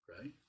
Right